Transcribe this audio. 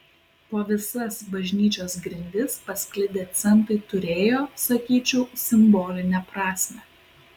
po visas bažnyčios grindis pasklidę centai turėjo sakyčiau simbolinę prasmę